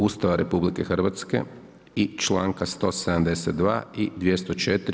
Ustava RH i članka 172. i 204.